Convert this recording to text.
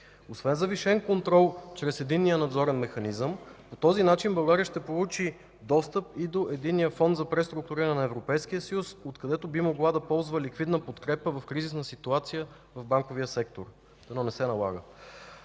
Освен завишен контрол чрез единния надзорен механизъм, по този начин България ще получи достъп и до Единния фонд за преструктуриране на Европейския съюз, откъдето би могла да ползва ликвидна подкрепа в кризисна ситуация в банковия сектор. Дано не се налага.